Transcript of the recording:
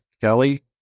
Kelly